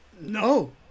No